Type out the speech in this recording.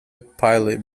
pilot